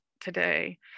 today